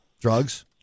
Drugs